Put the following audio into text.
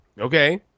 Okay